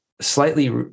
slightly